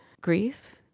grief